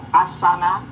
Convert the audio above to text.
asana